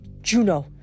Juno